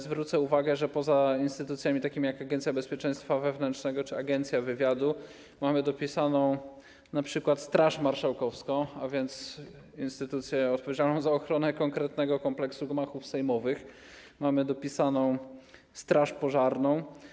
Zwrócę uwagę, że poza instytucjami takimi jak Agencja Bezpieczeństwa Wewnętrznego czy Agencja Wywiadu mamy dopisaną np. Straż Marszałkowską, a więc instytucję odpowiedzialną za ochronę konkretnego kompleksu gmachów sejmowych, mamy dopisaną straż pożarną.